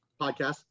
podcast